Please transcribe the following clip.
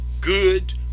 good